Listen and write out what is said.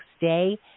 day